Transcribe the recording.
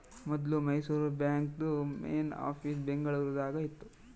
ಮೊದ್ಲು ಮೈಸೂರು ಬಾಂಕ್ದು main office Bengaluru ದಾಗ ಇತ್ತು